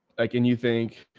like, and you think,